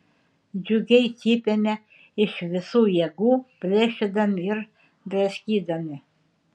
džiugiai cypėme iš visų jėgų plėšydami ir draskydami